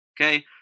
Okay